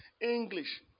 English